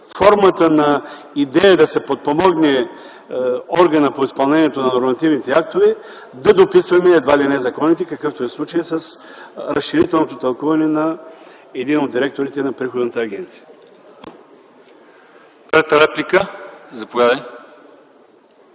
формата на идея, да се подпомогне органът по изпълнението на нормативните актове, да дописваме едва ли не законите, какъвто е случаят с разширителното тълкуване на един от директорите на Националната агенция за приходите.